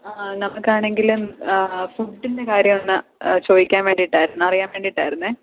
ആ നമുക്ക് ആണെങ്കിലും ഫുഡിൻ്റെ കാര്യം ഒന്ന് ചോദിക്കാൻ വേണ്ടിയിട്ടായിരുന്നു അറിയാൻ വേണ്ടിയിട്ടായിരുന്നേ